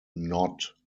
not